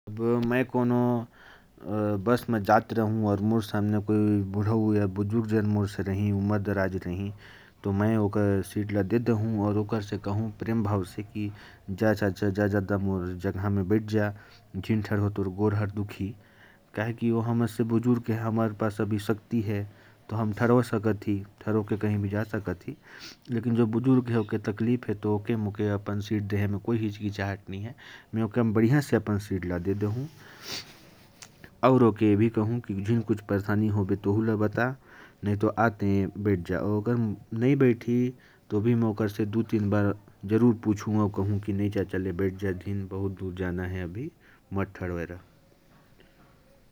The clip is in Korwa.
अब, अगर मैं किसी बस में कहीं जा रहा हूं और मेरे सामने कोई उम्रदराज व्यक्ति बैठा हो, तो मैं अपनी सीट उन्हें दे दूंगा और कहूंगा,"काका, बैठ जाइए, आपके पैरों में तकलीफ नहीं होगी?" कहूंगा कि वे हमसे बुजुर्ग हैं, इसलिए उन्हें ज्यादा तकलीफ हो सकती है, और मैं बार-बार आग्रह करूंगा।